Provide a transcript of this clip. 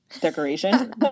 decoration